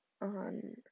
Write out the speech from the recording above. on